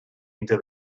into